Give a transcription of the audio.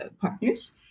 partners